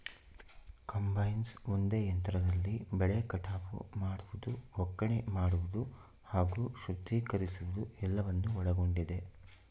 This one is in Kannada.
ಕಂಬೈನ್ಸ್ ಒಂದೇ ಯಂತ್ರದಲ್ಲಿ ಬೆಳೆ ಕಟಾವು ಮಾಡುವುದು ಒಕ್ಕಣೆ ಮಾಡುವುದು ಹಾಗೂ ಶುದ್ಧೀಕರಿಸುವುದು ಎಲ್ಲವನ್ನು ಒಳಗೊಂಡಿದೆ